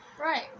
Right